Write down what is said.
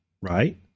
right